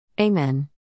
Amen